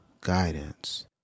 guidance